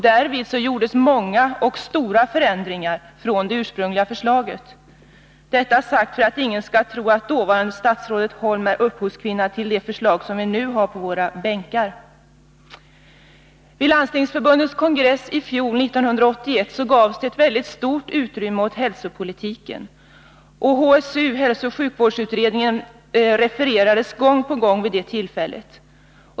Därvid gjordes många och stora förändringar i förhållande till det ursprungliga förslaget. Detta sagt för att ingen skall tro att dåvarande statsrådet Holm är upphovskvinna till det förslag som vi nu har på våra bänkar. Vid Landstingsförbundets kongress i fjol, 1981, gavs ett mycket stort utrymme åt hälsopolitiken. HSU — hälsooch sjukvårdsutredningen — refererades gång på gång vid det tillfället.